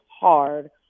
hard